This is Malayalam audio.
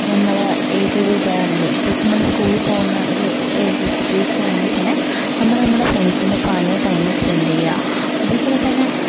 ഇപ്പം നമ്മള് ഏതൊരു ഇതാണെലും ഇപ്പം നമ്മള് സ്കൂളില് പോകുന്ന ഒരു സിറ്റുവേഷനാണെങ്കിൽ തന്നെ നമ്മള് നമ്മുടെ ഫ്രണ്ട്സിന്റ്റൊപ്പം ആണ് ടൈമ് സ്പെൻഡ് ചെയ്യുക അതേപോലെ തന്നെ